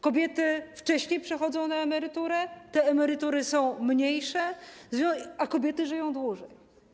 Kobiety wcześniej przechodzą na emeryturę, te emerytury są mniejsze, a kobiety żyją dłużej.